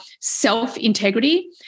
self-integrity